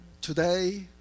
today